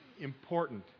important